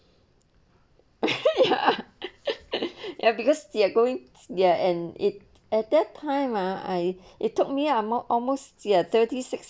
ya because they're going there and it at that time ah I it took me are more almost ya thirty six